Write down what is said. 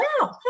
wow